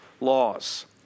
laws